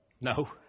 No